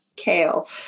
kale